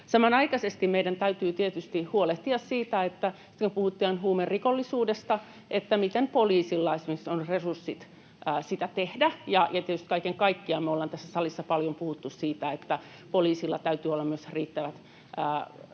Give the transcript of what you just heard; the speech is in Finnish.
Samanaikaisesti meidän täytyy tietysti huolehtia siitä, silloin kun puhutaan huumerikollisuudesta, miten poliisilla esimerkiksi on resurssit sitä tehdä. Tietysti kaiken kaikkiaan me ollaan tässä salissa paljon puhuttu siitä, että poliisilla täytyy olla myös riittävät